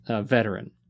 veteran